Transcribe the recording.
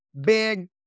big